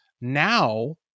Now